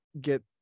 get